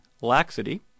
laxity